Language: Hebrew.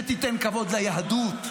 שתיתן כבוד ליהדות,